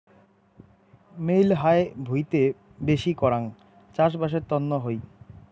মেলহাই ভুঁইতে বেশি করাং চাষবাসের তন্ন হই